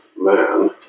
man